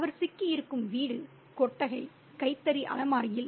அவர் சிக்கியிருக்கும் வீடு கொட்டகை கைத்தறி அலமாரியில்